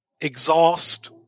exhaust